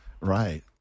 Right